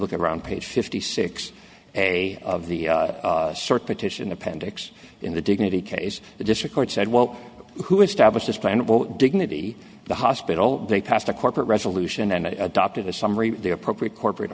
look around page fifty six a of the sort petition appendix in the dignity case the district court said well who established this plan of dignity the hospital they passed a corporate resolution and adopted a summary the appropriate corporate